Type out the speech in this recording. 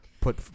put